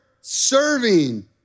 serving